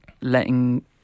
letting